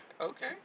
okay